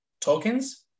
tokens